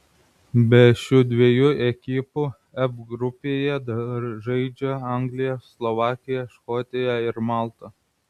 be šių dviejų ekipų f grupėje dar žaidžia anglija slovakija škotija ir malta